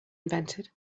invented